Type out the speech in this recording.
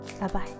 bye-bye